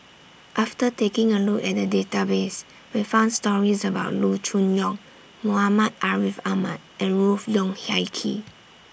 after taking A Look At The Database We found stories about Loo Choon Yong Muhammad Ariff Ahmad and Ruth Wong Hie King